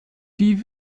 die